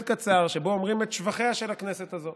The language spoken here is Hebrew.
קצר שבו אומרים את שבחיה של הכנסת הזו